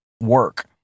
work